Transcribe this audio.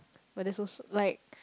but that's so like